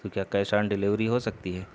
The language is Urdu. تو کیا کیش آن ڈیلیوری ہو سکتی ہے